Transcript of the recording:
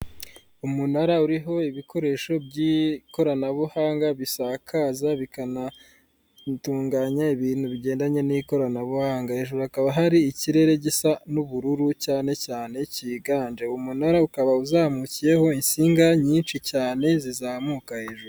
Umunara uriho ibikoresho by'ikoranabuhanga bisakaza bikana tunganya ibintu bigendanye n'ikoranabuhanga, hejuru hakaba hari ikirere gisa n'ubururu cyane cyane cyiganje, umunara ukaba uzamukiyeho insinga nyinshi cyane zizamuka hejuru.